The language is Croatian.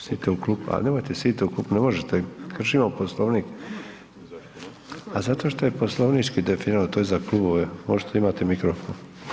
Sidite u klupu, al nemojte, sidite u klupu, ne možete, kršimo Poslovnik [[Upadica: Ne može, zašto ne?]] A zato što je poslovnički definirano, to je za klubove, možete imati mikrofon.